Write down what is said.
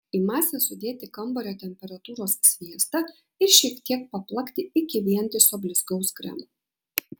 į masę sudėti kambario temperatūros sviestą ir šiek tiek paplakti iki vientiso blizgaus kremo